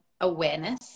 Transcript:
awareness